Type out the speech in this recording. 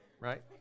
Right